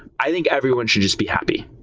i think everyone should just be happy.